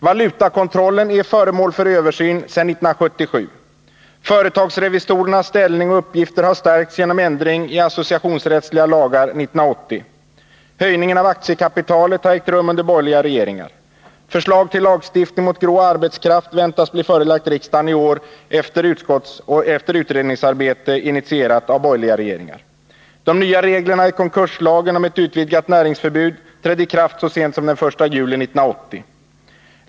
Valutakontrollen är föremål för översyn sedan 1977. Företagsrevisorernas ställning och uppgifter har stärkts genom ändring i Nr 147 associationsrättsliga lagar 1980. Torsdagen den Höjning av aktiekapitalet har ägt rum under borgerliga regeringar. 21 maj 1981 Förslag till lagstiftning mot grå arbetskraft väntas bli förelagt riksdagen i år, efter utredningsarbete initierat av borgerliga regeringar. De nya reglerna i konkurslagen om ett utvidgat näringsförbud trädde i kraft så sent som den 1 juli 1980.